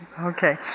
Okay